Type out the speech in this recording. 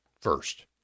first